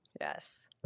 Yes